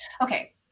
okay